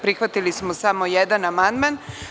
Prihvatili smo jedan amandman.